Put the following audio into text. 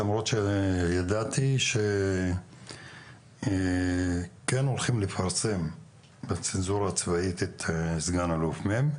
למרות שידעתי שבצנזורה הצבאית כן הולכת לפרסם את סגן אלוף מ',